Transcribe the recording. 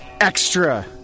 extra